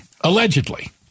Allegedly